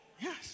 Yes